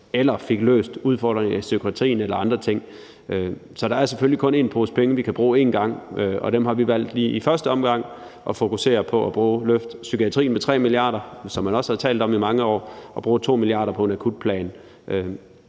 eller fik løst udfordringerne i psykiatrien eller andre ting. Så der er selvfølgelig kun én pose penge, som vi kun kan bruge én gang, og dem har vi i første omgang valgt at fokusere på at løfte psykiatrien, som man også har talt om i mange år, med 3 mia. kr. og bruge 2 mia. kr. på en akutplan.